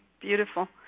Beautiful